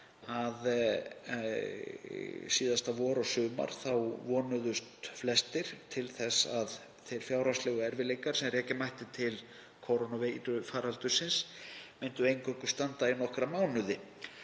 að síðasta vor og sumar vonuðust flestir til þess að þeir fjárhagslegu erfiðleikar sem rekja mætti til kórónuveirufaraldursins myndu eingöngu standa í nokkra mánuði